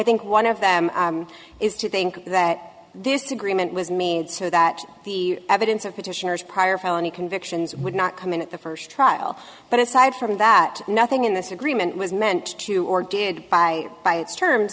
think one of them is to think that this agreement was made so that the evidence of petitioners prior felony convictions would not come in at the first trial but aside from that nothing in this agreement was meant to or did by by its term